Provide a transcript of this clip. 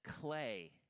clay